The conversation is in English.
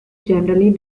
generally